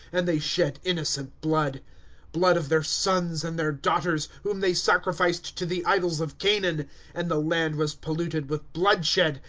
and they shed innocent blood blood of their sons and their daughters, whom they sacrificed to the idols of canaan and the land was polluted with bloodshed.